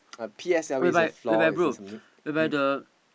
whereby whereby bro whereby the